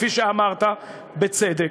כפי שאמרת בצדק,